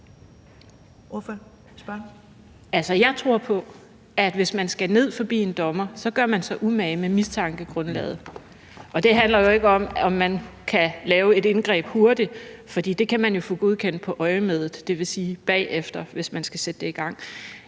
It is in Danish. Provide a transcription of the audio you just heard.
Jeg tror på, at hvis man skal ned forbi en dommer, gør man sig umage med mistankegrundlaget, og det handler jo ikke om, om man kan lave et indgreb hurtigt, for det kan man jo få godkendt på øjemedet, dvs. bagefter, hvis man skal sætte det i gang.